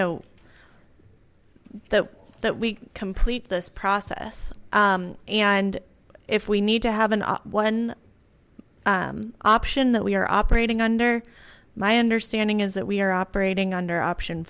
know that that we complete this process and if we need to have an one option that we are operating under my understanding is that we are operating under option